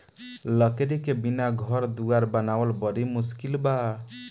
लकड़ी के बिना घर दुवार बनावल बड़ी मुस्किल बा